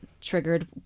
triggered